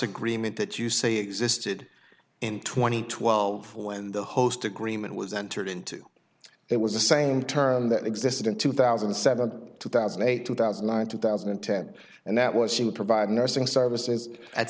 agreement that you say existed in twenty twelve when the host agreement was entered into it was the same term that existed in two thousand and seven two thousand and eight two thousand and nine two thousand and ten and that was she would provide nursing services at